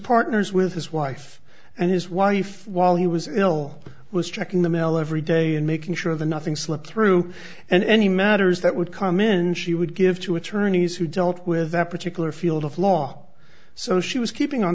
partners with his wife and his wife while he was ill was checking the mail every day and making sure the nothing slipped through and the matters that would come in she would give to attorneys who dealt with that particular field of law so she was keeping on